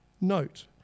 Note